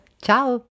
Ciao